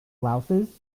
louses